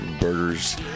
burgers